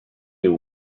you